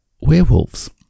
werewolves